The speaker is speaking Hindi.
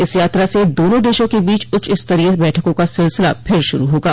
इस यात्रा से दोनों देशों के बीच उच्च स्तरीय बैठकों का सिलसिला फिर शुरू होगा